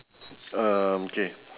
um K